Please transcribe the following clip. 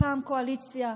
פעם קואליציה,